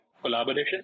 collaboration